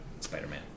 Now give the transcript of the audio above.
Spider-Man